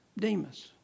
Demas